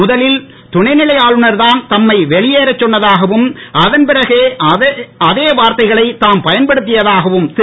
முதலில் துணைநிலை ஆளுநர் தான் தம்மை வெளியேற சொன்னதாகவும் அதன்பிறகே அதே வார்த்தைகளை தாம் பயன்படுத்தியதாகவும் திரு